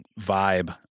vibe